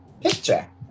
picture